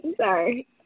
sorry